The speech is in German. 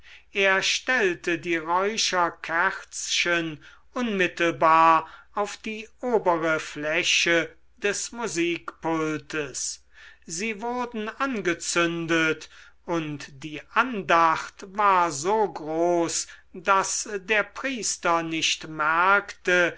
er stellte die räucherkerzchen unmittelbar auf die obere fläche des musikpultes sie wurden angezündet und die andacht war so groß daß der priester nicht merkte